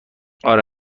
آره